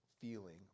feeling